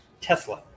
Tesla